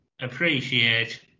appreciate